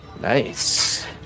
Nice